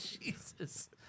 Jesus